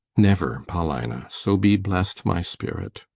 never, paulina so be bless'd my spirit!